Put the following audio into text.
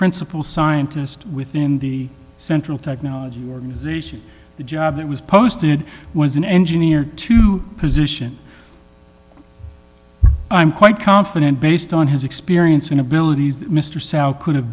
principal scientist within the central technology organization the job that was posted was an engineer to position i'm quite confident based on his experience and abilities mr could have